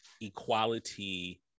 equality